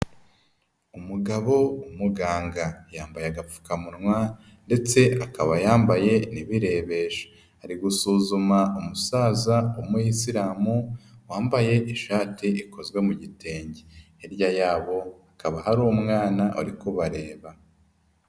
Umugabo w'umuganga. Yambaye agapfukamunwa ndetse akaba yambaye n'ibirebesho. Ari gusuzuma umusaza w'umuyisilamu wambaye ishati ikozwe mu gitenge. Hirya yabo hakaba hari umwana uri kubareba.